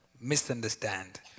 Misunderstand